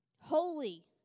holy